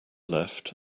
left